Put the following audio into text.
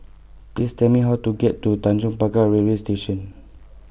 Please Tell Me How to get to Tanjong Pagar Railway Station